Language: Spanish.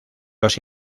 los